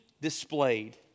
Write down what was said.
displayed